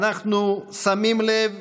אנחנו שמים לב